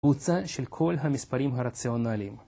קבוצה של כל המספרים הרציונליים.